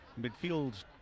Midfield